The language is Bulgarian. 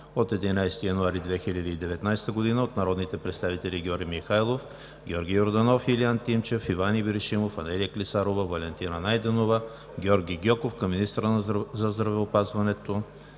от 11 януари 2019 г. от народните представители Георги Михайлов, Георги Йорданов, Илиян Тимчев, Иван Ибришимов, Анелия Клисарова, Валентина Найденова, Георги Гьоков към министъра на здравеопазването